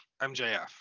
MJF